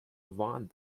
warned